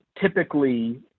Typically